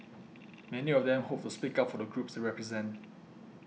many of them hope to speak up for the groups they represent